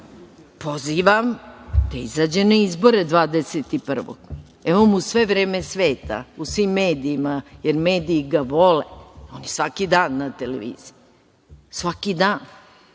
pozivam da izađe na izbore 21, evo mu sve vreme sveta u svim medijima, jer mediji ga vole, on je svaki dan na televiziji. Mene kao